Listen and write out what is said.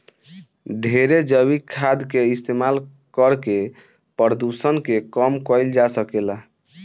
ढेरे जैविक खाद के इस्तमाल करके प्रदुषण के कम कईल जा सकेला